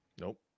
Nope